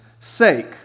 sake